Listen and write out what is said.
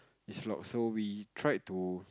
it's locked so we tried to